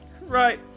Right